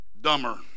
dumber